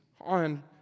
on